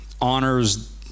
honors